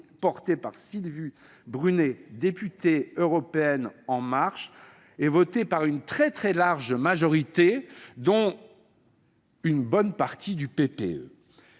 remis par Sylvie Brunet, députée européenne En Marche, et voté par une très large majorité, dont une bonne partie des